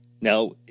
Now